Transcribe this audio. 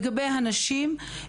לגבי הנשים,